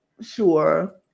sure